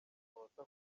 umunota